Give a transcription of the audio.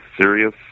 serious